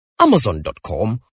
Amazon.com